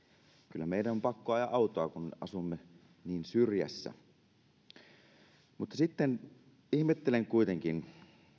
kyllä meidän on pakko ajaa autoa kun asumme niin syrjässä mutta sitten ihmettelen kuitenkin